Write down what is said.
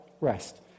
rest